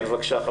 כן בבקשה.